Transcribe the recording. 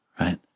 right